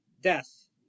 Death